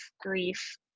grief